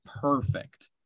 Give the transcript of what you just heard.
perfect